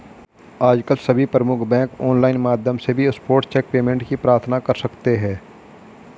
आजकल सभी प्रमुख बैंक ऑनलाइन माध्यम से भी स्पॉट चेक पेमेंट की प्रार्थना कर सकते है